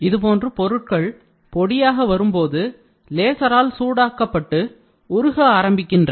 இதுபோன்ற பொருட்கள் பொடியாக வரும்போது லேசரால் சூடாக்கப்பட்டு உருக ஆரம்பிக்கின்றன